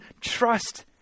trust